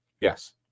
Yes